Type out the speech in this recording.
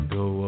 go